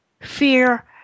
fear